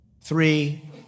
Three